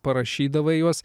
parašydavai juos